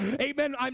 amen